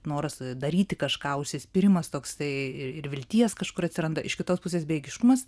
noras daryti kažką užsispyrimas toks tai ir vilties kažkur atsiranda iš kitos pusės bejėgiškumas